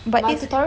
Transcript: but it's